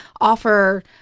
offer